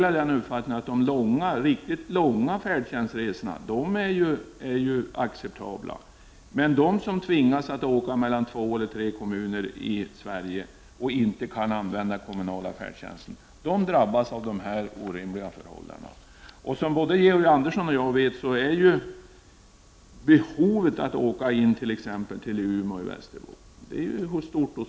Jag delar uppfattningen att de riktigt långa färdtjänstresorna är acceptabla, men de som tvingas att resa över två eller tre kommuner och inte kan använda den kommunala färdtjänsten drabbas av dessa orimliga förhållanden. Både Georg Andersson och jag vet att behovet för oss i Västerbotten att resa till Umeå är stort.